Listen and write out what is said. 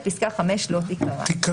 פסקה (5) - לא תיקרא.